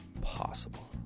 possible